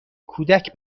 کودک